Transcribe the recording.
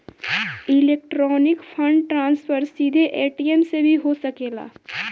electronic fund transfer सीधे ATM से भी हो सकेला